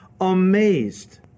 amazed